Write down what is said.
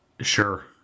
sure